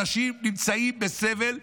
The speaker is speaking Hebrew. אנשים נמצאים בסבל.